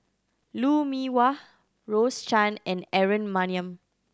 Lou Mee Wah Rose Chan and Aaron Maniam